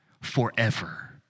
forever